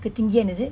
ketinggian is it